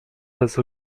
bez